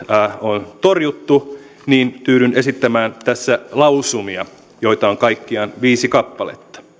on torjuttu niin tyydyn esittämään tässä lausumia joita on kaikkiaan viisi kappaletta